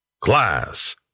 Class